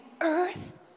earth